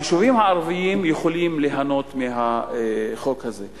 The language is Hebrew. היישובים הערביים יכולים ליהנות מהחוק הזה.